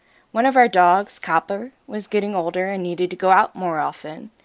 one of our dogs, copper, was getting older and needed to go out more often,